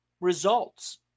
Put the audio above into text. results